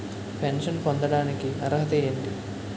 Pension పొందడానికి అర్హత ఏంటి?